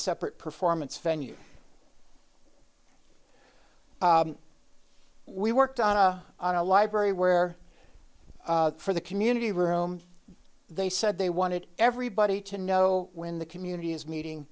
separate performance venue we worked on a on a library where for the community room they said they wanted everybody to know when the community is meeting